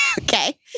Okay